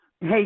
Hey